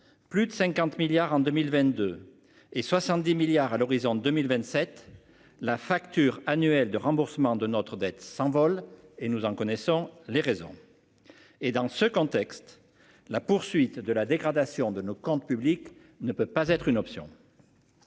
Plus de 50 milliards en 2022 et 70 milliards à l'horizon 2027 la facture annuelle de remboursement de notre dette s'envole et nous en connaissons les raisons. Et dans ce contexte, la poursuite de la dégradation de nos comptes publics ne peut pas être une option.